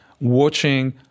watching